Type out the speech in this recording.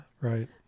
right